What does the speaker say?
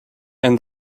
and